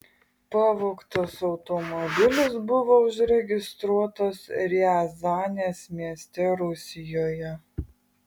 pavogtas automobilis buvo užregistruotas riazanės mieste rusijoje